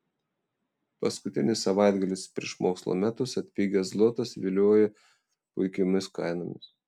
paskutinis savaitgalis prieš mokslo metus atpigęs zlotas vilioja puikiomis kainomis